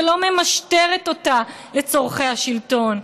ולא ממשטרת אותה לצורכי השלטון.